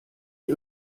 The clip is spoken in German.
die